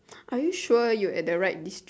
are you sure you at the right distr~